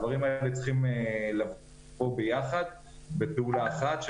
הדברים האלה צריכים לבוא ביחד בפעולה אחת,